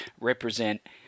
represent